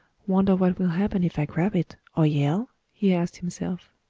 wonder what will happen if i grab it, or yell? he asked himself.